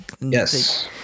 Yes